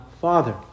father